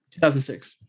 2006